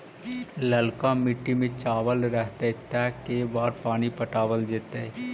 ललका मिट्टी में चावल रहतै त के बार पानी पटावल जेतै?